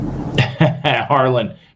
Harlan